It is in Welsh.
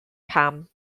pam